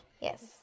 Yes